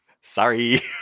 Sorry